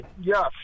Yes